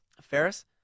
Ferris